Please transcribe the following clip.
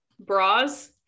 bras